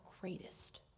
greatest